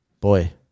boy